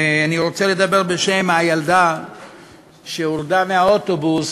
אני רוצה לדבר בשם הילדה שהורדה מהאוטובוס